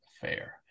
fair